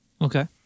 Okay